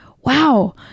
Wow